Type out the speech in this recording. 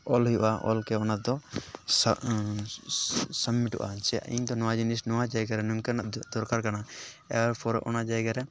ᱚᱞ ᱦᱩᱭᱩᱜᱼᱟ ᱚᱞ ᱠᱮ ᱚᱱᱟ ᱫᱚ ᱥᱟ ᱥᱟᱵᱢᱤᱴᱚᱜᱼᱟ ᱡᱮ ᱤᱧ ᱫᱚ ᱱᱚᱣᱟ ᱡᱤᱱᱤᱥ ᱱᱚᱣᱟ ᱡᱟᱭᱜᱟ ᱨᱮ ᱱᱚᱝᱠᱟᱱᱟᱜ ᱫᱚᱨᱠᱟᱨ ᱠᱟᱱᱟ ᱮᱭᱟᱨᱯᱚᱨ ᱚᱱᱟ ᱡᱟᱭᱜᱟ ᱨᱮ